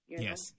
yes